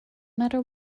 matter